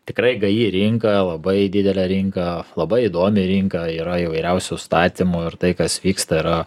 tikrai gaji rinka labai didelė rinka labai įdomi rinka yra įvairiausių statymų ir tai kas vyksta yra